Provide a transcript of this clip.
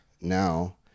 now